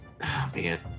man